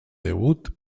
debut